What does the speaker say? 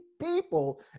people